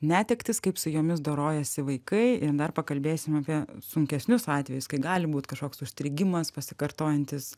netektis kaip su jomis dorojasi vaikai ir dar pakalbėsim apie sunkesnius atvejus kai gali būt kažkoks užstrigimas pasikartojantys